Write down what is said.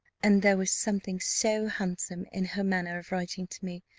and there was something so handsome in her manner of writing to me,